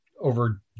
over